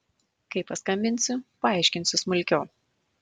kai paskambinsiu paaiškinsiu smulkiau